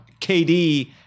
KD